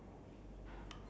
yeah how